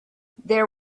there